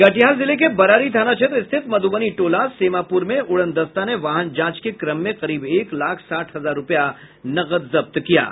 कटिहार जिले के बरारी थाना क्षेत्र स्थित मध्रबनी टोला सेमापुर मे उड़नदस्ता ने वाहन जांच के क्रम में करीब एक लाख साठ हजार रूपया नकद जब्त किया है